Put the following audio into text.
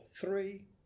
three